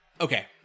Okay